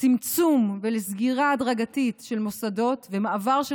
לצמצום ולסגירה הדרגתית של מוסדות ולמעבר של